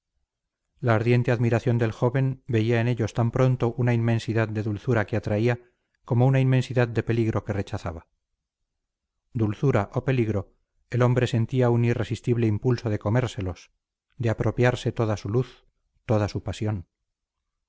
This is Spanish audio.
la ardiente admiración del joven veía en ellos tan pronto una inmensidad de dulzura que atraía como una inmensidad de peligro que rechazaba dulzura o peligro el hombre sentía un irresistible impulso de comérselos de apropiarse toda su luz toda su pasión